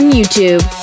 YouTube